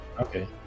Okay